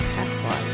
Tesla